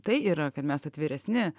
tai yra kad mes atviresni